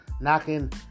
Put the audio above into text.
knocking